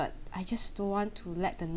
but I just don't want to let the